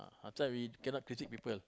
ah we cannot critique people